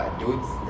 dudes